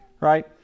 Right